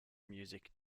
music